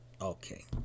Okay